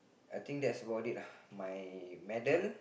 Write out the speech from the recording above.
I think that's about it lah my medal